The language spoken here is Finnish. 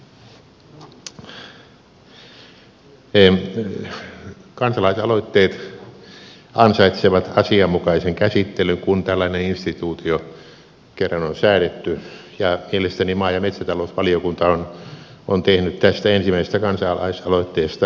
kansalaisaloitteet ansaitsevat asianmukaisen käsittelyn kun tällainen instituutio kerran on säädetty ja mielestäni maa ja metsätalousvaliokunta on tehnyt tästä ensimmäisestä kansalaisaloitteesta hyvin asiallisen mietinnön